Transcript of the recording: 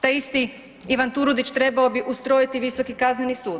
Taj isti Ivan Turudić trebao bi ustrojiti Visoki kazneni sud.